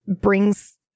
brings